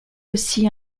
aussi